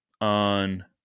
on